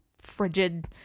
frigid